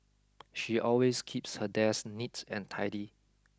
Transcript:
she always keeps her desk neat and tidy